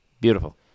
Beautiful